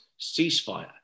ceasefire